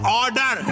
order